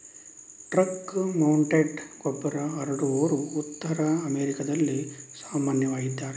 truck mounted ಗೊಬ್ಬರ ಹರಡುವವರು ಉತ್ತರ ಅಮೆರಿಕಾದಲ್ಲಿ ಸಾಮಾನ್ಯವಾಗಿದ್ದಾರೆ